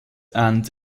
and